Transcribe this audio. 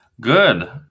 Good